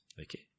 okay